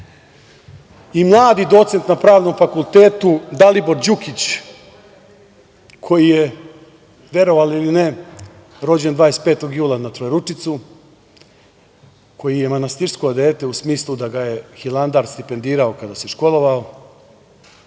i mladi docent za Pravnom fakultetu Dalibor Đukić koji je, verovali ili ne, rođen 25. jula na Trojeručicu, koji je manastirsko dete u smislu da ga je Hilandar stipendirao kada se školovao.